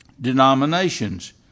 denominations